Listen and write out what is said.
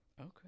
Okay